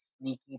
sneaky